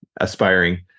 aspiring